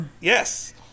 yes